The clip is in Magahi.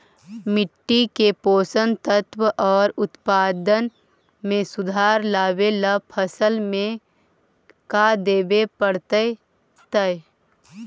मिट्टी के पोषक तत्त्व और उत्पादन में सुधार लावे ला फसल में का देबे पड़तै तै?